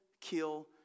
kill